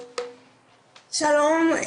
שלום.